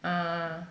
ah